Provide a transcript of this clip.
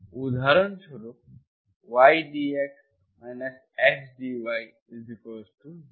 উদাহরণস্বরূপ y dx x dy 0